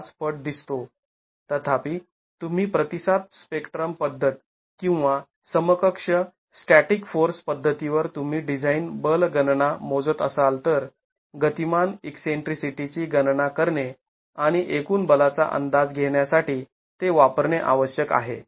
५ पट दिसतो तथापि तुम्ही प्रतिसाद स्पेक्ट्रम पद्धत किंवा समकक्ष स्टॅटिक फोर्स पद्धतीवर तुम्ही डिझाईन बल गणना मोजत असाल तर गतिमान ईकसेंट्रीसिटीची गणना करणे आणि एकूण बलाचा अंदाज घेण्यासाठी ते वापरणे आवश्यक आहे